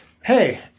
hey